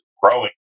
growing